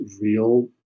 real